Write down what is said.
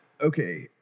Okay